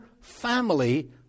family